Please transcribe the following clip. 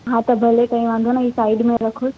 हा त भले कोई वांदो न आहे हीउ साइड में रखोसि